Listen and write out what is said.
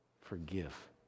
Forgive